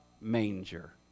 manger